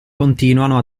continuano